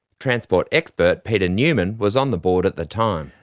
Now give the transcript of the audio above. transport expert peter newman was on the board at the time.